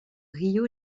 río